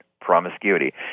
Promiscuity